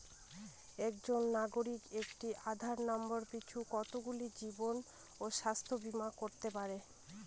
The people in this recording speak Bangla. একজন নাগরিক একটি আধার নম্বর পিছু কতগুলি জীবন ও স্বাস্থ্য বীমা করতে পারে?